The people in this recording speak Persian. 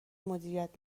مدیریت